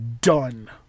done